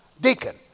Deacon